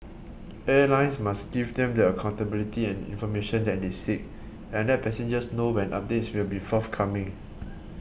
airlines must give them the accountability and information that they seek and let passengers know when updates will be forthcoming